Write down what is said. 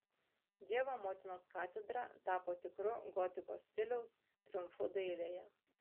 dievo motinos katedra tapo tikru gotikos stiliaus triumfu dailėje